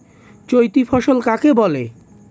চৈতি ফসল কাকে বলে?